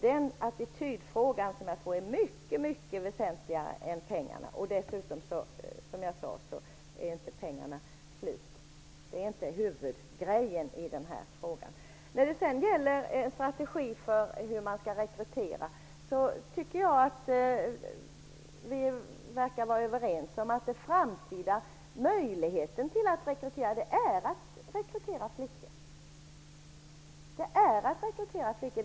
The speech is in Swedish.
Den attitydfrågan är mycket väsentligare än frågan om pengarna. Dessutom är inte pengarna slut. Pengarna är dessutom inte huvudsaken i denna fråga. Vad gäller strategin för rekrytering verkar vi vara överens om att den framtida möjligheten till en rekrytering är att rekrytera flickor.